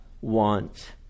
want